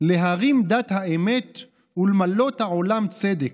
"להרים דת האמת ולמלאת העולם צדק,